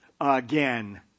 again